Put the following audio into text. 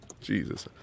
Jesus